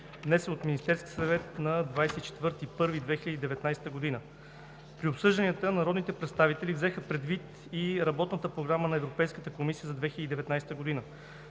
внесена от Министерския съвет на 24 януари 2019 г. При обсъждането народните представители взеха предвид и Работната програма на Европейската комисия за 2019 г.